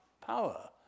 power